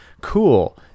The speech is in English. Cool